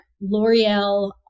L'Oreal